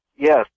Yes